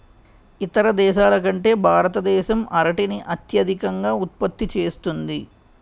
ఇతర దేశాల కంటే భారతదేశం అరటిని అత్యధికంగా ఉత్పత్తి చేస్తుంది